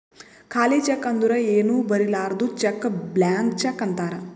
ಖಾಲಿ ಚೆಕ್ ಅಂದುರ್ ಏನೂ ಬರಿಲಾರ್ದು ಚೆಕ್ ಬ್ಲ್ಯಾಂಕ್ ಚೆಕ್ ಅಂತಾರ್